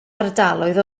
ardaloedd